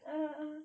(uh huh) (uh huh)